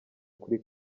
kuri